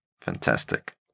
Fantastic